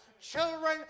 Children